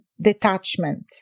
detachment